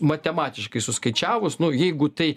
matematiškai suskaičiavus nu jeigu tai